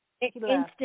Instant